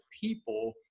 people